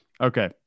Okay